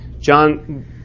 John